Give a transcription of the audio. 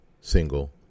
single